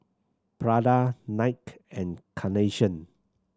Prada Nike and Carnation